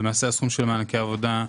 למעשה הסכום של מענקי העובדה,